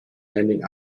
landing